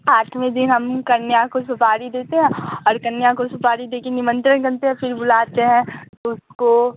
आठवें दिन हम कन्या को सुपारी देते हैं और कन्या को सुपारी देके निमंत्रण करते हैं फिर बुलाते हैं तो उसको